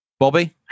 Bobby